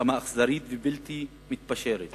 מלחמה אכזרית ובלתי מתפשרת,